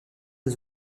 des